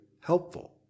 helpful